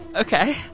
Okay